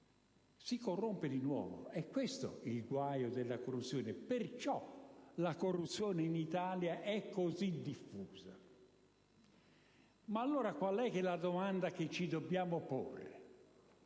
si corrompe di nuovo. È questo il guaio della corruzione, e perciò la corruzione in Italia è così diffusa. Ma allora, quale è la domanda che dobbiamo porci?